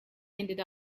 ended